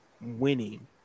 winning